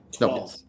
No